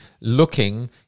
looking